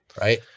right